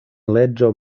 leĝo